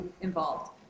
involved